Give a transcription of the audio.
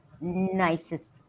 nicest